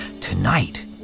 Tonight